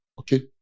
okay